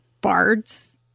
bards